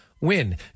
win